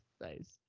nice